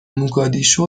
موگادیشو